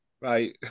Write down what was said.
Right